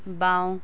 বাওঁ